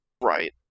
Right